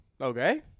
Okay